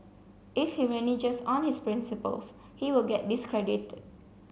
if he reneges on his principles he will get discredited